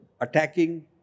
attacking